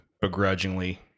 begrudgingly